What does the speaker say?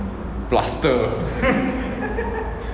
plaster